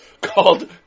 called